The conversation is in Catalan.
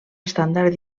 estàndard